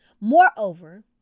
moreover